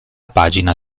pagina